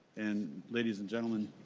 and ladies and gentlemen